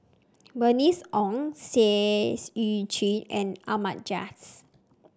Bernice Ong Seah Eu Chin and Ahmad Jais